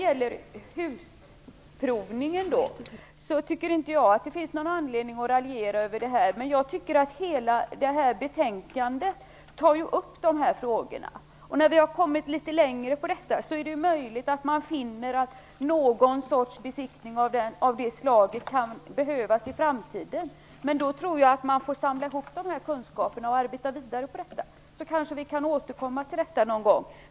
Jag tycker inte att det finns någon anledning att raljera över husprovningen. Men jag tycker att hela betänkandet tar upp dessa frågor. När vi kommit litet längre är det möjligt att vi finner att det kan behövas en besiktning av det slaget i framtiden. Men då tror jag att vi får samla ihop dessa kunskaper och arbeta vidare på detta. Sedan kan vi kanske återkomma till detta någon gång.